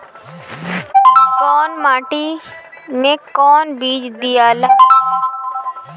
कौन माटी मे कौन बीज दियाला?